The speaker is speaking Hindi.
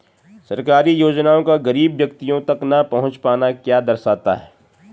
सरकारी योजनाओं का गरीब व्यक्तियों तक न पहुँच पाना क्या दर्शाता है?